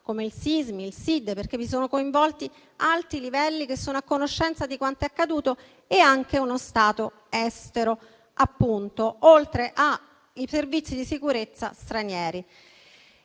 democratica (SISDE), perché vi sono coinvolti alti livelli che sono a conoscenza di quanto è accaduto e anche uno Stato estero, oltre ai servizi di sicurezza stranieri.